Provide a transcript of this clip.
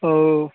oh